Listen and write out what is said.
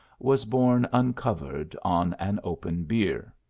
was borne uncovered on an open bier.